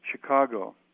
Chicago